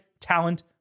Talent